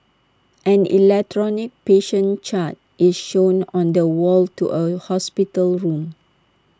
an electronic patient chart is shown on the wall to A hospital room